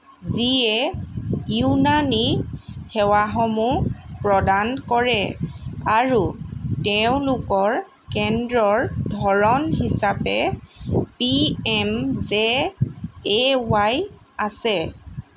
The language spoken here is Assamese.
যিয়ে ইউনানী সেৱাসমূহ প্ৰদান কৰে আৰু তেওঁলোকৰ কেন্দ্ৰৰ ধৰণ হিচাপে P M J A Y আছে